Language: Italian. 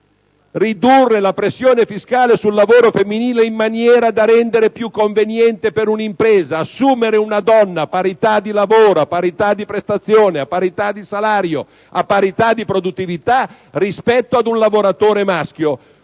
Ridurre la pressione fiscale sul lavoro femminile, in maniera da rendere più conveniente per un'impresa assumere una donna a parità di lavoro, di prestazione, di salario e di produttività rispetto ad un lavoratore maschio.